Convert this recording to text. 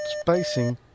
spacing